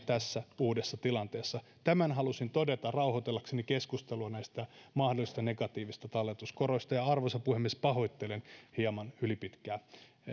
tässä uudessa tilanteessa tämän halusin todeta rauhoitellakseni keskustelua näistä mahdollisista negatiivisista talletuskoroista arvoisa puhemies pahoittelen hieman ylipitkää